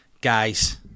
Guys